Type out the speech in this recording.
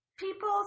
People